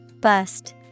Bust